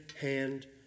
hand